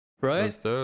right